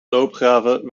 loopgraven